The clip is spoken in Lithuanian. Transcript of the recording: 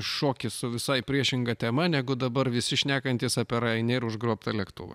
šoki su visai priešinga tema negu dabar visi šnekantys apie rainier užgrobtą lėktuvą